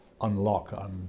unlock